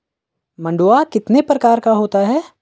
मंडुआ कितने प्रकार का होता है?